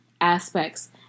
aspects